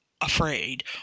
afraid